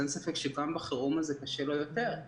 אז אין ספק שגם בחירום הזה קשה לו יותר.